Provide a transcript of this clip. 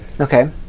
Okay